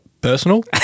personal